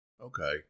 okay